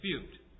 dispute